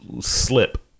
Slip